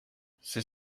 c’est